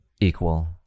equal